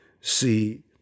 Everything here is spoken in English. see